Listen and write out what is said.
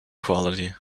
quality